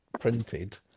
printed